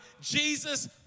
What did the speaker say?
Jesus